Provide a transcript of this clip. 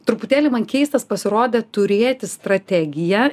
truputėlį man keistas pasirodė turėti strategiją